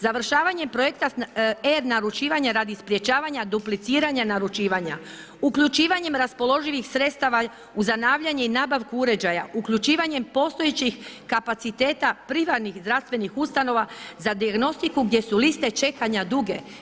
Završavanje projekta e-naručivanja radi sprječavanja dupliciranja naručivanja, uključivanjem raspoloživih sredstava ... i nabavku uređaja, uključivanje postojećih kapaciteta primarnih zdravstvenih ustanova za dijagnostiku gdje su liste čekanja duge.